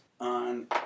on